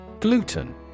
Gluten